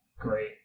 great